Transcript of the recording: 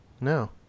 No